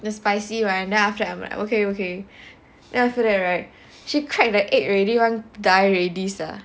the spicy right after them I'm like okay okay then after that right she crack the egg want die already sia